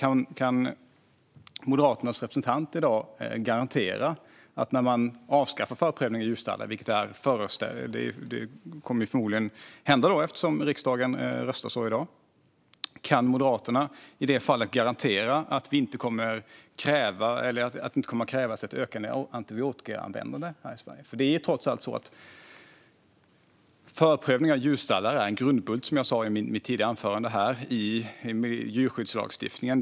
Kan Moderaternas representant i dag garantera att när förprövning av djurstallar avskaffas, vilket förmodligen kommer att hända eftersom riksdagen röstar så i dag, att det inte kommer att kräva ett ökat antibiotikaanvändande? Jag sa i mitt tidigare anförande att förprövning av djurstallar är en grundbult i djurskyddslagstiftningen.